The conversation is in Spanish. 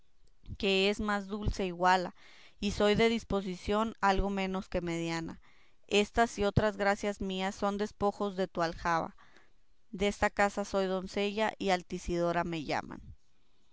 que es más dulce iguala y soy de disposición algo menos que mediana estas y otras gracias mías son despojos de tu aljaba desta casa soy doncella y altisidora me llaman